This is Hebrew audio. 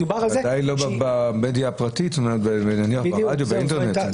ודאי לא במדיה הפרטית, ברדיו ובאינטרנט.